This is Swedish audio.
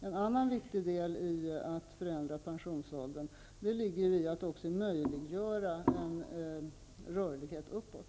En annan viktig del i förändringen av pensionsåldern ligger i att också möjliggöra en rörlighet uppåt.